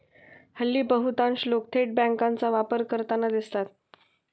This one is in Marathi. हल्ली बहुतांश लोक थेट बँकांचा वापर करताना दिसतात